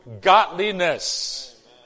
godliness